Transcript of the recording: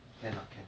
can lah can